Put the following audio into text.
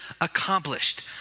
accomplished